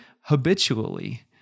habitually